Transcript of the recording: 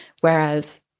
Whereas